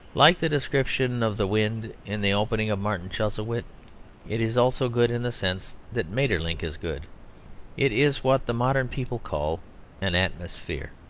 like the description of the wind in the opening of martin chuzzlewit it is also good in the sense that maeterlinck is good it is what the modern people call an atmosphere.